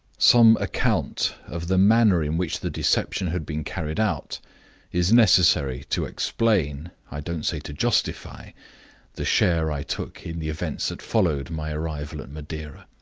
some account of the manner in which the deception had been carried out is necessary to explain i don't say to justify the share i took in the events that followed my arrival at madeira.